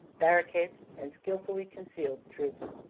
barricades, and skilfully concealed troops.